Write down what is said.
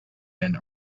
men